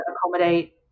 accommodate